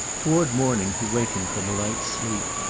toward morning he wakened from a light sleep.